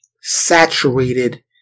saturated